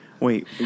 Wait